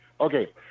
Okay